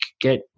get